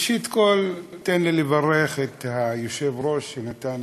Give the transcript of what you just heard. ראשית, תן לי לברך את היושב-ראש, שנתן